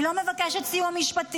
היא לא מבקשת סיוע משפטי,